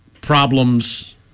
problems